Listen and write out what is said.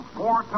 four